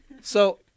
So-